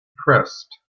pressed